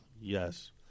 Yes